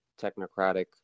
technocratic